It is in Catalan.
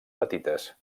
petites